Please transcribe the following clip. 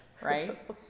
Right